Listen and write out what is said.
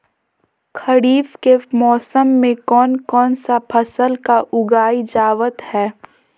खरीफ के मौसम में कौन कौन सा फसल को उगाई जावत हैं?